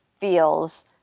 feels